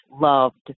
loved